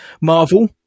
Marvel